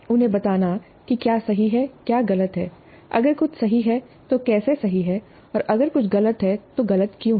उन्हें बताना कि क्या सही है क्या गलत है अगर कुछ सही है तो कैसे सही है और अगर कुछ गलत है तो गलत क्यों है